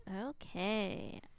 okay